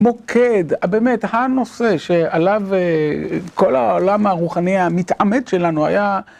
מוקד, באמת הנושא שעליו כל העולם הרוחני המתעמת שלנו היה